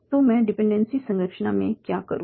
तो मैं डिपेंडेंसी संरचना में क्या करूँ